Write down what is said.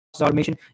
automation